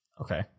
okay